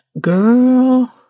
Girl